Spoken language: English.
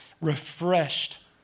refreshed